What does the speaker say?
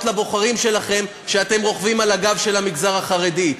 לבוחרים שלכם שאתם רוכבים על הגב של המגזר החרדי.